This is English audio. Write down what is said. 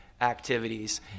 activities